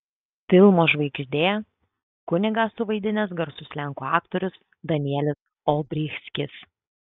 filmo žvaigždė kunigą suvaidinęs garsus lenkų aktorius danielis olbrychskis